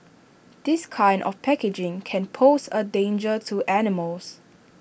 this kind of packaging can pose A danger to animals